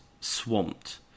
swamped